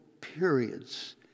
periods